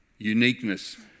Uniqueness